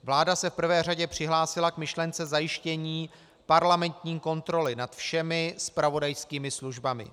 Vláda se v prvé řadě přihlásila k myšlence zajištění parlamentní kontroly nad všemi zpravodajskými službami.